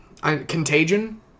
Contagion